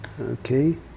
Okay